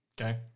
Okay